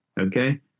okay